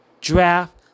draft